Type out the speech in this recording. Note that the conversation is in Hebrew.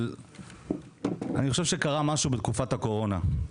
אבל אני חושב שקרה משהו בתקופת הקורונה.